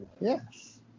yes